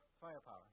firepower